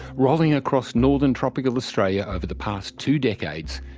rolling across northern tropical australia over the past two decades,